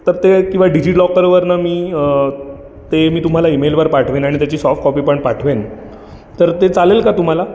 तर ते किवा डीजी लॉकरवरनं मी ते मी तुम्हाला ईमेलने पाठवेन आणि सॉफ्ट कॉपी पण पाठवेन तर ते चालेल का तुम्हाला